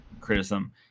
Criticism